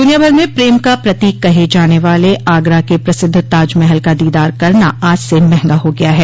दूनियाभर में प्रेम का प्रतीक कहे जाने वाले आगरा के प्रसिद्ध ताजमहल का दीदार करना आज से महंगा हो गया है